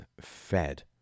fed